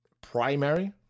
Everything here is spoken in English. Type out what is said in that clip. primary